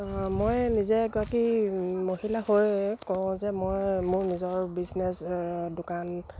মই নিজে এগৰাকী মহিলা হৈ কওঁ যে মই মোৰ নিজৰ বিজনেচ দোকান